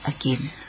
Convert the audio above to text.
again